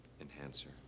enhancer